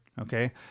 okay